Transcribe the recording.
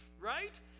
right